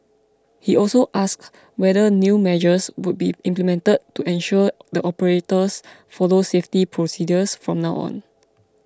he also asked whether new measures would be implemented to ensure the operators follow safety procedures from now on